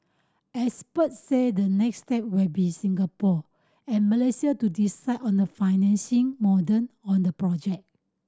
experts said the next step will be Singapore and Malaysia to decide on the financing modern on the project